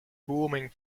booming